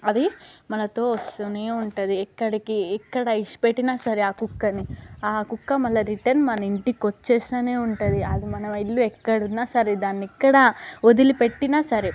అది మనతో వస్తూనే ఉంటుంది ఎక్కడికి ఎక్కడ విడిచి పెట్టినా సరే ఆ కుక్కని ఆ కుక్క మళ్ళీ రిటర్న్ మన ఇంటికి వచ్చేస్తూనే ఉంటుంది అది మనం ఇల్లు ఎక్కడున్నా సరే దాన్ని ఎక్కడ వదిలిపెట్టినా సరే